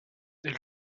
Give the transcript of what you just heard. est